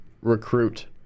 recruit